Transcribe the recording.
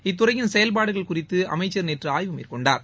இத்துறையின் செயல்பாடுகள் குறித்து அமைச்சர் நேற்று ஆய்வு மேற்கொண்டார்